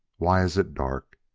why is it dark.